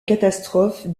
catastrophe